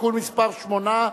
(תיקון מס' 8),